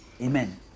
Amen